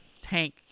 tank